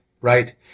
right